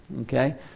Okay